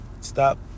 Stop